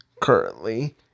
currently